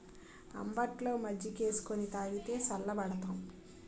అంబట్లో మజ్జికేసుకొని తాగితే సల్లబడతాం